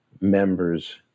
members